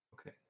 Okay